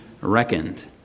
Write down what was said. reckoned